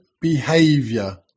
behavior